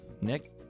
Nick